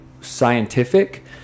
scientific